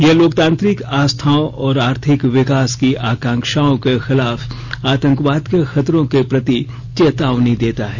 यह लोकतांत्रिक आस्था्ओं और आर्थिक विकास की आकांक्षाओं के खिलाफ आतंकवाद के खतरों के प्रति चेतावनी देता है